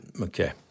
Okay